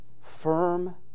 Firm